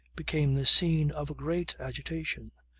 became the scene of a great agitation.